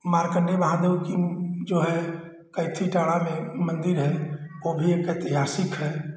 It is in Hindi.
मार्कंडेय महादेव की जो है कैंथी टाँड़ा में मंदिर है वो भी एक ऐतिहासिक है